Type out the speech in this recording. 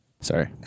Sorry